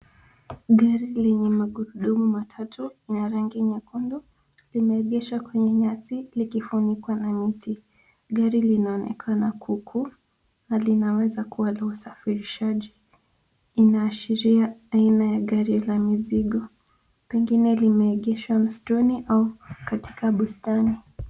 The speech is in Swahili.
Gari lenye magurudumu matatu ya rangi nyekundu limeegeshwa kwenye nyasi likifunikwa na miti. Gari linaonekana huku na linaweza kuwa la usafirishaji. Inaashiria aina ya gari la mizigo pengine limeegeshwa msituni au katika bustani.